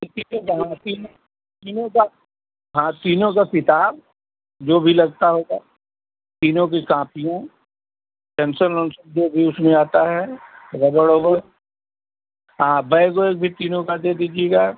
ई तीनों का हाँ तीनों तीनों का हाँ तीनों का किताब जो भी लगता होगा तीनों की कापियाँ पेन्सल ओन्सल जो भी उसमें आता है रबड़ ओबड़ हाँ बैग ओएग भी तीनों का दे दीजिएगा